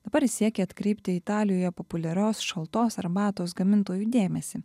dabar jis siekia atkreipti italijoje populiarios šaltos arbatos gamintojų dėmesį